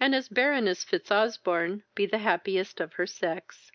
and as baroness frizosbourne be the happiest of her sex